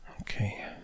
okay